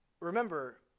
remember